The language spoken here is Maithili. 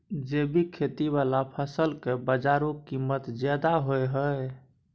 जैविक खेती वाला फसल के बाजारू कीमत ज्यादा होय हय